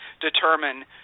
determine